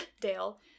Dale